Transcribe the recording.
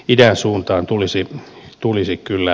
idän suuntaan tulisi tulisi kyllä